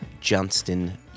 Johnston